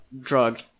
drug